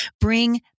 Bring